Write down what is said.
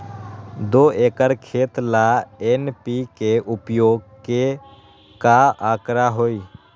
दो एकर खेत ला एन.पी.के उपयोग के का आंकड़ा होई?